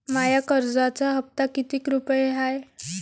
माया कर्जाचा हप्ता कितीक रुपये हाय?